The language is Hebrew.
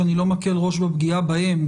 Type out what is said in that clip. שאני לא מקל ראש בפגיעה בהם,